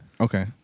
Okay